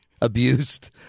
abused